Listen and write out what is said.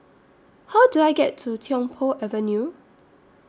How Do I get to Tiong Poh Avenue